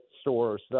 stores